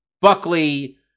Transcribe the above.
Buckley